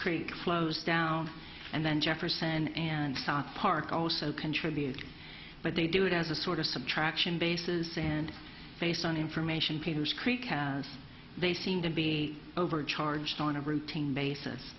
flows down and then jefferson and south park also contributed but they do it as a sort of subtraction basis and based on information peters creek kansas they seem to be overcharged on a routine basis